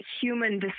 human